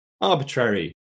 arbitrary